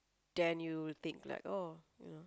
the you think like oh you know